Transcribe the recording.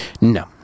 No